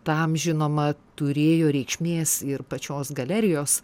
tam žinoma turėjo reikšmės ir pačios galerijos